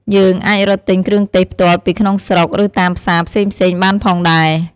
យើងអាចរកទិញគ្រឿងទេសផ្ទាល់ពីក្នុងស្រុក ឬតាមផ្សារផ្សេងៗបានផងដែរ។